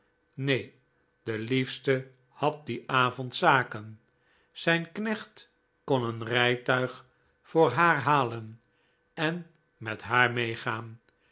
nee de liefste had dien avond zaken zijn knecht kon een rijtuig voor haar halen en met haar meegaan